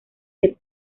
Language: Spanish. del